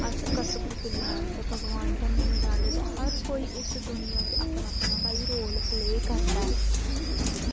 अस कठपुतलियां न ते भगवान सानूं नचांदे हर कोई इस दूनिया च अपना अपना रोल प्ले करदा ऐ